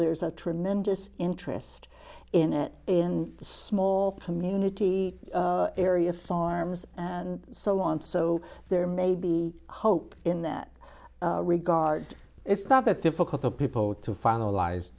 there's a tremendous interest in it in small community area farms and so on so there may be hope in that regard it's not that difficult for people to finalize